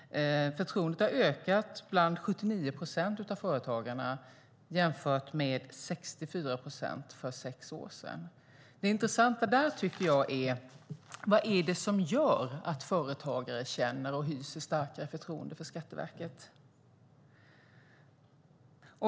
Det finns ett förtroende för Skatteverket bland 79 procent av företagarna, jämfört med 64 procent för sex år sedan. Det intressanta där tycker jag är: Vad är det som gör att företagare känner och hyser starkare förtroende för Skatteverket?